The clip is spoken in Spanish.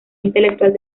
intelectual